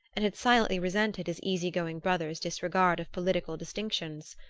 and had silently resented his easy-going brother's disregard of political distinctions.